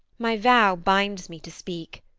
my vow binds me to speak,